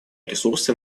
ресурсы